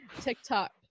TikTok